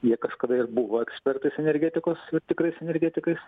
jie kažkada ir buvo ekspertais energetikos tikrais energetikais